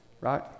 right